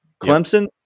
Clemson